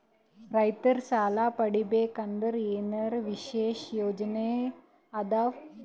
ರೈತರು ಸಾಲ ಪಡಿಬೇಕಂದರ ಏನರ ವಿಶೇಷ ಯೋಜನೆ ಇದಾವ?